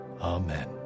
amen